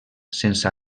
sense